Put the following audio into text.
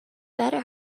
better